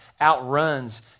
outruns